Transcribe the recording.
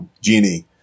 genie